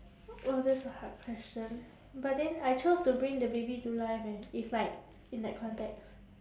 !wah! that's a hard question but then I chose to bring the baby to life eh if like in that context